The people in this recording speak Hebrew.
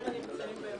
שלום